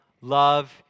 love